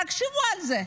תחשבו על זה,